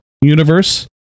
universe